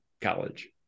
college